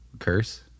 curse